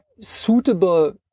suitable